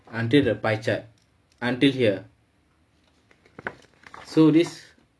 until the pie chart until here so this